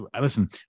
listen